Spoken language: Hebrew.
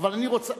אבל אני רוצה,